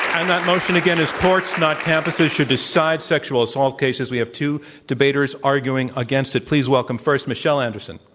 and that motion, again, is courts, not campuses, should decide sexual assault cases. we have two debaters arguing against it. please welcome first michelle anderson.